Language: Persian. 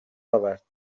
آورد